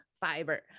Fiber